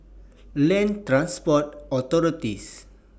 Land Transport Authority